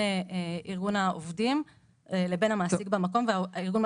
ארגון העובדים לבין המעסיק במקום וארגון המעסיקים.